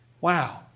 Wow